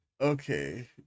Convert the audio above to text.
okay